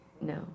No